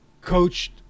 coached